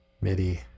MIDI